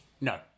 No